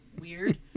weird